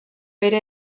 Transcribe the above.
bere